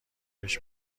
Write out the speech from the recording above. بهش